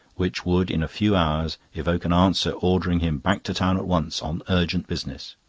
which would in a few hours evoke an answer ordering him back to town at once on urgent business.